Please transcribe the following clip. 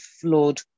flood